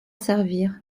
servir